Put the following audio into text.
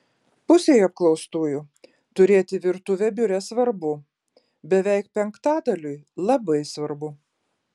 pusei apklaustųjų turėti virtuvę biure svarbu beveik penktadaliui labai svarbu